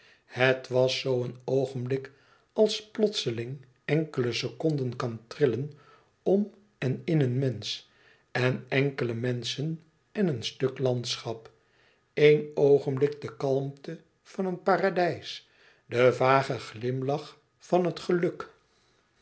het was zoo een oogenblik als plotseling enkele seconden kan trilleren om en in een mensch en enkele menschen en een stuk landschap eén oogenblik de kalmte van een paradijs de vage glimlach van het geluk